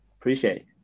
Appreciate